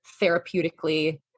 therapeutically